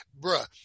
Bruh